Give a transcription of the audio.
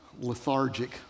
lethargic